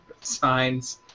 Signs